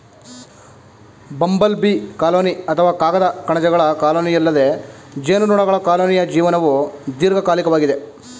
bumble bee colony ಅಥವಾ ಕಾಗದ ಕಣಜಗಳ ಕಾಲೋನಿಯಲ್ಲದೆ ಜೇನುನೊಣಗಳ ಕಾಲೋನಿಯ ಜೀವನವು ದೀರ್ಘಕಾಲಿಕವಾಗಿದೆ